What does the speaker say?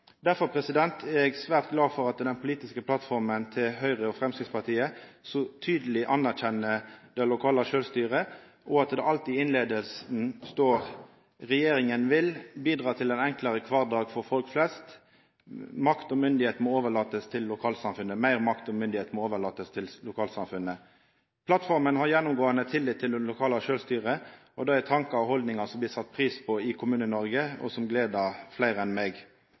er eg svært glad for at den politiske plattforma til Høgre og Framstegspartiet så tydeleg anerkjenner det lokale sjølvstyret, og at det alt i innleiinga står: «Regjeringen vil bidra til en enklere hverdag for folk flest. Mer makt og myndighet må overlates til lokalsamfunnet.» Plattforma har gjennomgåande tillit til det lokale sjølvstyret og dei tankane og dei haldningane som blir sette pris på i Kommune-Noreg, og som gleder fleire enn meg.